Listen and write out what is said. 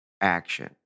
action